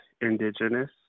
indigenous